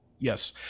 Yes